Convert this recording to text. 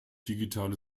digitale